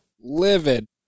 Livid